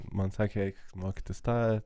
man sakė eik mokytis tą